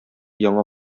яңа